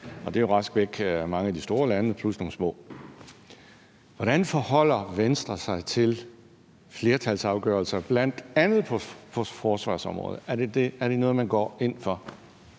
Det er jo raskvæk mange af de store lande og naturligvis nogle små. Hvordan forholder Venstre sig til flertalsafgørelser på bl.a. forsvarsområdet? Er det noget, man går ind for?